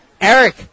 Eric